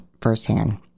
firsthand